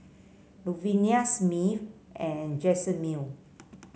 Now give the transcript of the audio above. Luvenia Smith and Jazmyne